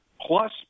plus